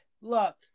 look